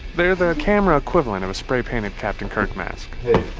they're the camera equivalent of a spray-painted captain kirk mask. hey,